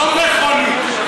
לא מכונית,